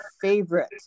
favorite